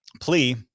plea